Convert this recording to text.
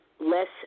less